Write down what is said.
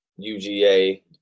UGA